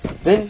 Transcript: then